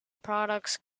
products